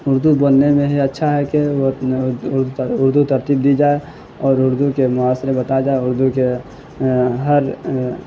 اردو بولنے میں ہی اچھا ہے کہ وہ اردو ترتیب دی جائے اور اردو کے معاشرے بتائے جائیں اردو کے ہر